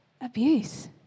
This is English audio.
abuse